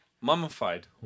Mummified